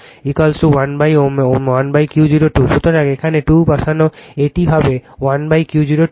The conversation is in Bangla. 1Q0 2 সুতরাং এখানে 2 বসান এটি হবে 1Q0 2